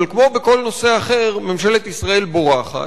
אבל כמו בכל נושא אחר, ממשלת ישראל בורחת,